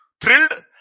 thrilled